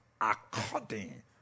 according